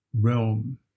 realm